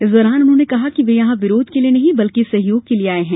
इस दौरान उन्होंने कहा कि वे यहां विरोध के लिये नहीं बल्कि सहयोग के लिये आये हैं